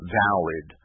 valid